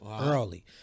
early